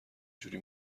جوری